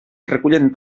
recullen